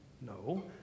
No